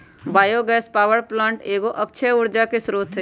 bio gas power plant एगो अक्षय ऊर्जा के स्रोत हइ